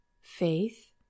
faith